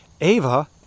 ava